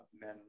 men